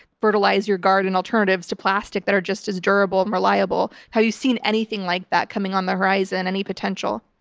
fertilize your garden alternatives to plastic that are just as durable and reliable. have you seen anything like that coming on the horizon? any potential?